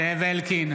זאב אלקין,